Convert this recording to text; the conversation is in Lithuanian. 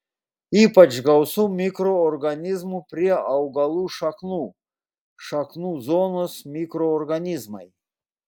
ypač gausu mikroorganizmų prie augalų šaknų šaknų zonos mikroorganizmai